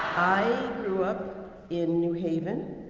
i grew up in new haven.